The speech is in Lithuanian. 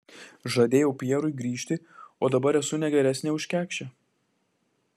žadėjau pjerui grįžti o dabar esu ne geresnė už kekšę